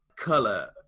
color